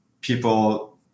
people